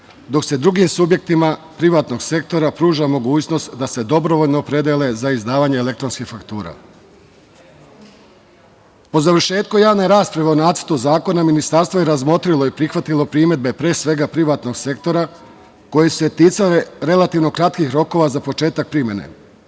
dok se drugim subjektima privatnog sektora pruža mogućnost da se dobrovoljno opredele za izdavanje elektronskih faktura. Po završetku javne rasprave o Nacrtu zakona, Ministarstvo je razmotrilo i prihvatilo primedbe, pre svega privatnog sektora, koje su se ticale relativno kratkih rokova za početak primene,